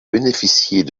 bénéficiez